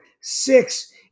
six